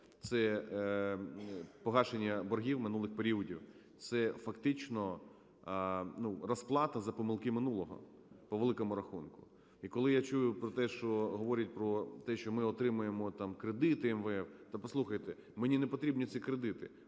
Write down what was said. це погашення боргів минулих періодів. Це фактично розплата за помилки минулого, по великому рахунку. І коли я чую про те, що говорять про те, що ми отримуємо там кредити МВФ, та послухайте, мені не потрібні ці кредити,